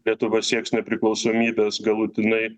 lietuva sieks nepriklausomybės galutinai